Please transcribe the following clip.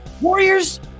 Warriors